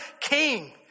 king